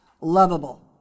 lovable